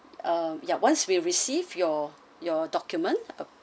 uh yup once we receive your your document